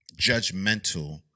judgmental